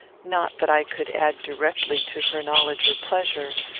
not that i could add directly to her knowledge or pleasure,